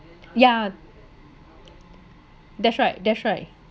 ya that's right that's right